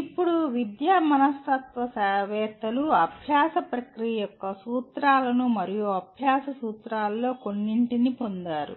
ఇప్పుడు విద్యా మనస్తత్వవేత్తలు అభ్యాస ప్రక్రియ యొక్క సూత్రాలను మరియు అభ్యాస సూత్రాలలో కొన్నింటిని పొందారు